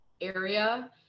area